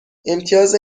امتیاز